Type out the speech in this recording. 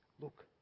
look